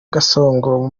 gasongo